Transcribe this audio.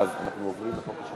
ההסתייגות